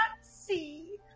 see